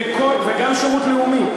וגם שירות לאומי.